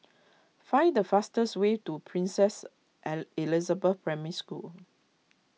find the fastest way to Princess Ai Elizabeth Primary School